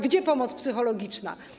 Gdzie pomoc psychologiczna?